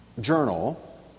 journal